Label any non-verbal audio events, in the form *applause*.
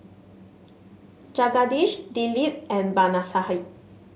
Jagadish Dilip and *unintelligible*